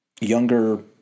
younger